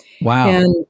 Wow